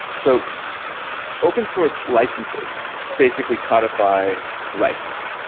so open source licenses basically codify rights,